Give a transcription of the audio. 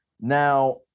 now